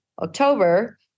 October